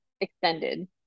extended